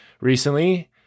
recently